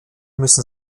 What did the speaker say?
müssen